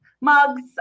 mugs